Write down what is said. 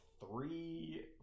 three